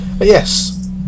yes